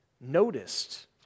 noticed